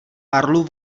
marlu